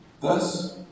Thus